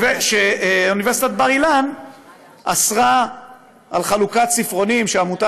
שאוניברסיטת בר אילן אסרה חלוקת ספרונים שעמותת